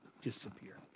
disappear